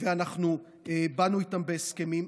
שאנחנו באנו איתם בהסכמים.